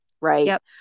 right